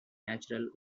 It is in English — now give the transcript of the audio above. natural